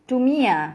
to me ah